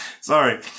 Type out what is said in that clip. Sorry